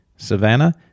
savannah